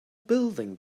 building